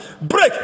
Break